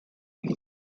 katz